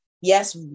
Yes